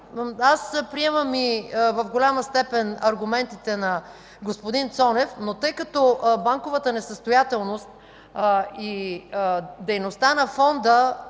Приемам и в голяма степен аргументите на господин Цонев, но тъй като банковата несъстоятелност и дейността на Фонда